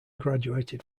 graduated